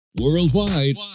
Worldwide